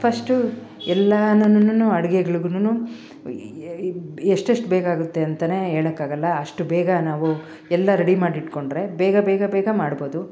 first ಎಲ್ಲಾನನನು ಅಡ್ಗೆಗಳುಗುನು ಎಷ್ಟೇಷ್ಟು ಬೇಗ ಆಗುತ್ತೆ ಅಂತ ಹೇಳಕಾಗಲ್ಲ ಅಷ್ಟು ಬೇಗ ನಾವು ಎಲ್ಲಾ ರೆಡಿ ಮಾಡಿಟ್ಕೊಂಡರೆ ಬೇಗ ಬೇಗ ಬೇಗ ಮಾಡ್ಬೊದು